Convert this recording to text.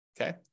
okay